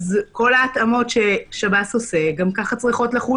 אז כל ההתאמות ששב"ס עושה צריכות לחול